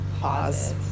pause